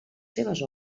seves